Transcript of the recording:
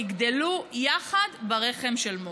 הן יגדלו יחד ברחם של מור.